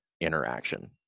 interaction